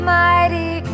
mighty